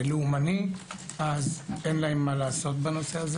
לאומני, אין להם מה לעשות בנושא.